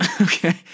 Okay